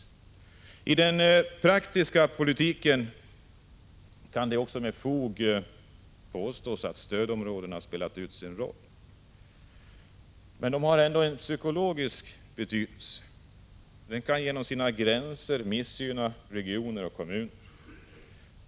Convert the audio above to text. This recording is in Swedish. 22 maj 1986 I den praktiska politiken — det kan med fog påstås — har stödområdena spelat ut sin roll, men de har ändå en psykologisk betydelse. De kan genom sina gränser missgynna vissa regioner och kommuner.